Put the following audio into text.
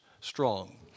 strong